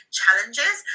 challenges